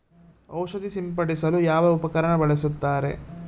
ಔಷಧಿ ಸಿಂಪಡಿಸಲು ಯಾವ ಉಪಕರಣ ಬಳಸುತ್ತಾರೆ?